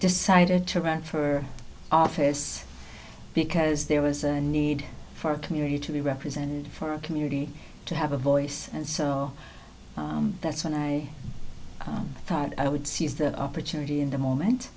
decided to run for office because there was a need for a community to be represented for a community to have a voice and so that's when i thought i would seize the opportunity in the moment